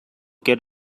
get